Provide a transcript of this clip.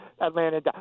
Atlanta